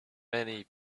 many